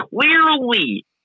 clearly